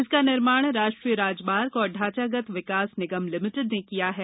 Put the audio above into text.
इसका निर्माण राष्ट्रीय राजमार्ग और ढांचागत विकास निगम लिमिटेड ने किया है